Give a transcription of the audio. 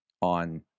on